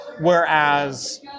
whereas